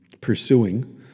pursuing